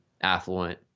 affluent